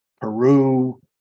Peru